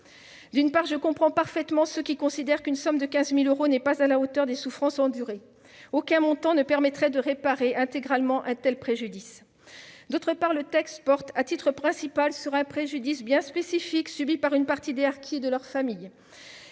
D'une part, je comprends parfaitement ceux qui considèrent qu'une somme de 15 000 euros n'est pas à la hauteur des souffrances endurées. Aucun montant ne permettrait de réparer intégralement un tel préjudice. D'autre part, le texte porte à titre principal sur un préjudice bien spécifique, subi par une partie des harkis et de leurs familles.